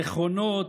נכונות,